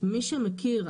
מי שמכיר,